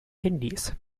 handys